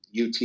UT